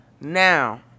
Now